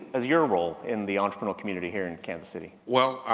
as your role in the entrepreneurial community here in kansas city? well,